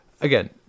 Again